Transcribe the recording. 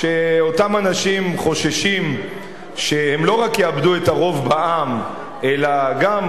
כשאותם אנשים חוששים שהם לא רק יאבדו את הרוב בעם אלא גם,